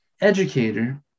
educator